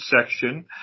section